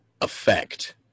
effect